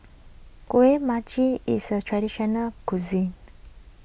Kueh Manggis is a traditional cuisine